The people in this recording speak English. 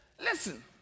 listen